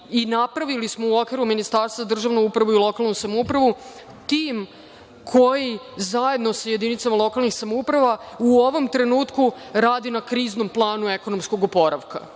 i napravili smo u okviru Ministarstva državnu upravu i lokalnu samoupravu, tim koji zajedno sa jedinicama lokalnih samouprava, u ovom trenutku radi na kriznom planu ekonomskog oporavka,